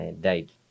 died